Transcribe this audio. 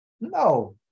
No